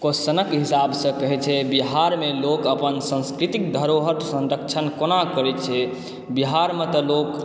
क्वेस्चनक हिसाबसँ कहय छै बिहारमे लोक अपन संस्कृतिक धरोहर संरक्षण कोना करैत छै बिहारमऽ तऽ लोक अपन